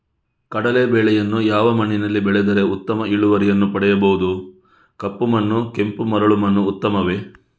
ಕಡಲೇ ಬೆಳೆಯನ್ನು ಯಾವ ಮಣ್ಣಿನಲ್ಲಿ ಬೆಳೆದರೆ ಉತ್ತಮ ಇಳುವರಿಯನ್ನು ಪಡೆಯಬಹುದು? ಕಪ್ಪು ಮಣ್ಣು ಕೆಂಪು ಮರಳು ಮಣ್ಣು ಉತ್ತಮವೇ?